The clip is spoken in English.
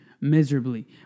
miserably